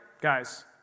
guys